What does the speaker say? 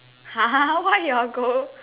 [huh] why you are go